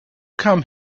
come